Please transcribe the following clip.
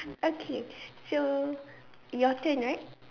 okay so your turn right